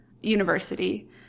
university